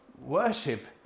worship